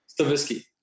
Stavisky